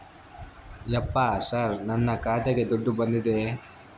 ಯಪ್ಪ ಸರ್ ನನ್ನ ಖಾತೆಗೆ ದುಡ್ಡು ಬಂದಿದೆಯ?